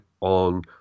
on